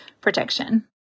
protection